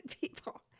people